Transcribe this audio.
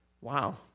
Wow